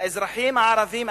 האזרחים הערבים,